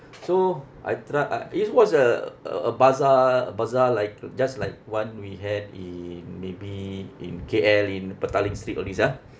so I try uh it's was a a a bazaar a bazaar like just like one we had in maybe in K_L in petaling street all these ah